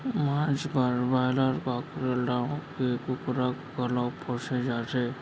मांस बर broiler, cockerel नांव के कुकरा घलौ पोसे जाथे